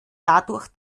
dadurch